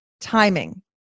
timing